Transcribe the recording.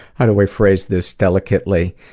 how do i phrase this delicately.